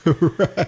Right